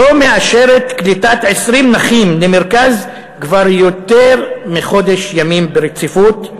לא מאשרת קליטת 20 נכים למרכז כבר יותר מחודש ימים ברציפות,